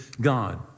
God